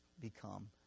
become